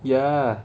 ya